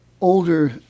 older